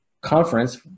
conference